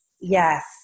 Yes